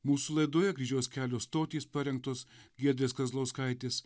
mūsų laidoje kryžiaus kelio stotys parengtos giedrės kazlauskaitės